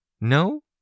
No